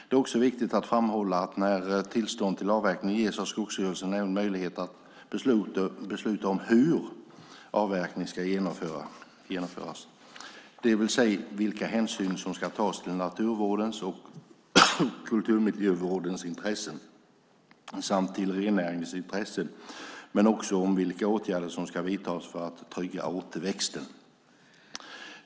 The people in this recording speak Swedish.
Det är viktigt att framhålla att när tillstånd till avverkning ges har Skogsstyrelsen även möjlighet att besluta om hur avverkningen ska genomföras, det vill säga vilka hänsyn som ska tas till naturvårdens och kulturmiljövårdens intressen samt till rennäringens intressen, men också om vilka åtgärder som ska vidtas för att trygga återväxten.